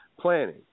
planning